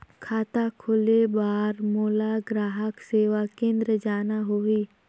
खाता खोले बार मोला ग्राहक सेवा केंद्र जाना होही?